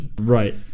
Right